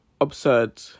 absurd